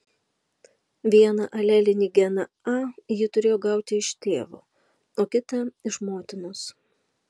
vieną alelinį geną a ji turėjo gauti iš tėvo o kitą iš motinos